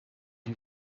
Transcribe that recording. you